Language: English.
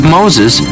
Moses